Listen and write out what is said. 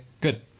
Good